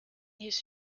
his